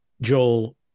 Joel